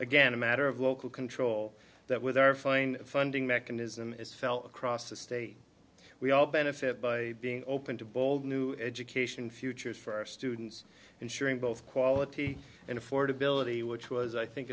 again a matter of local control that with our fine funding mechanism is felt across the state we all benefit by being open to bold new education futures for our students ensuring both quality and affordability which was i think